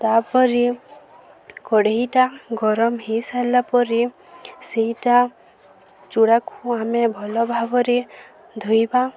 ତା'ପରେ କଡ଼େଇଟା ଗରମ ହେଇସାରିଲା ପରେ ସେଇଟା ଚୂଡ଼ାକୁ ଆମେ ଭଲ ଭାବରେ ଧୋଇବା